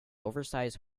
oversize